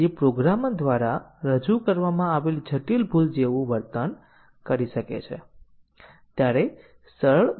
આપણે બેઝીક ખ્યાલોને બાદ કરતાં અત્યાર સુધી કોઈ ખામી આધારિત ટેસ્ટીંગ ટેકનીકો પર ખરેખર જોયું નથી